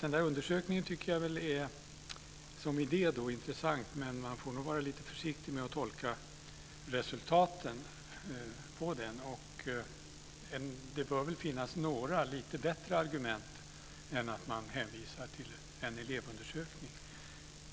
Den undersökning som nämndes tycker jag är intressant som idé, men man får nog vara lite försiktig med att tolka resultatet av den. Det bör väl finnas några lite bättre argument än att man hänvisar till en elevundersökning.